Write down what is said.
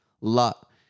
Lot